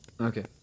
Okay